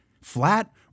flat